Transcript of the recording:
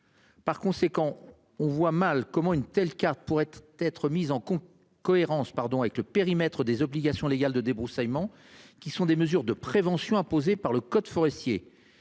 Par conséquent, on voit mal comment une telle carte pourrait être mise en cohérence pardon avec le périmètre des obligations légales de débroussaillement qui sont des mesures de prévention a posée par le code forestier,